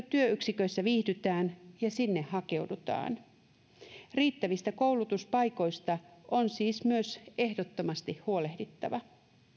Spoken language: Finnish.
työyksiköissä viihdytään ja sinne hakeudutaan riittävistä koulutuspaikoista on siis myös ehdottomasti huolehdittava